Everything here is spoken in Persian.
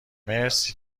مرسی